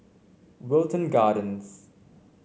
Wilton Gardens